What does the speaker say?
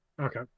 okay